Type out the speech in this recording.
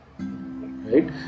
right